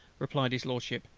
replied his lordship,